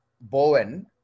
Bowen